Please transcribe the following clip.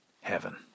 heaven